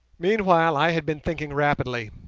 meanwhile i had been thinking rapidly,